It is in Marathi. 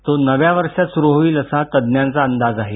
तो नव्या वर्षात सुरू होईलअसा तज्जांचा अंदाज आहे